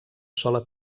sola